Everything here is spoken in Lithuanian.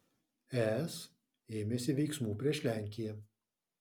es ėmėsi veiksmų prieš lenkiją